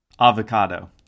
Avocado